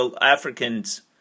Africans